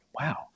wow